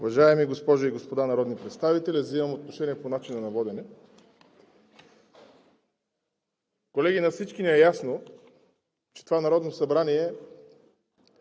Уважаеми госпожи и господа народни представители, вземам отношение по начина на водене. Колеги, на всички ни е ясно, че това Народно събрание